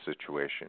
situation